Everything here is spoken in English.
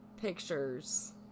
pictures